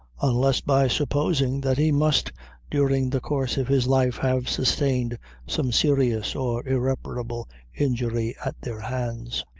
unless by supposing that he must during the course of his life have sustained some serious or irreparable injury at their hands.